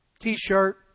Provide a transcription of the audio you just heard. T-shirt